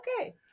okay